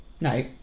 no